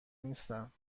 نیستند